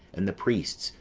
and the priests,